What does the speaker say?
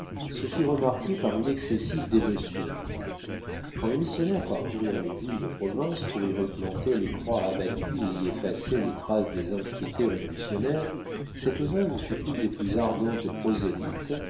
se fit remarquer par une excessive dévotion quand les missionnaires parcoururent les villes de province pour y replanter les croix abattues et y effacer les traces des impiétés révolutionnaires cette veuve fut une des plus ardentes prosélytes